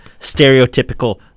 stereotypical